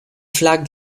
flag